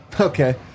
Okay